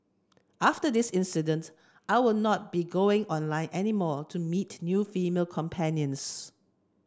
after this incident I will not be going online any more to meet new female companions